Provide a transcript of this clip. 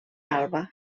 alba